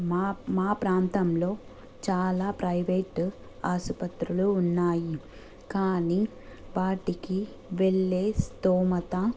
మా మా ప్రాంతంలో చాలా ప్రైవేటు ఆసుపత్రులు ఉన్నాయి కానీ వాటికి వెళ్లే స్థోమత